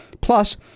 plus